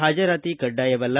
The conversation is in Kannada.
ಹಾಜರಾತಿ ಕಡ್ಡಾಯವಲ್ಲ